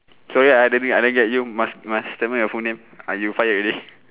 sorry I didn't I didn't get you must must tell me your full name uh you fire already